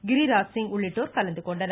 கிரி ராஜ்சிங் உள்ளிட்டோர் கலந்துகொண்டனர்